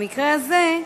במקרה הזה,